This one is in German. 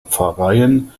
pfarreien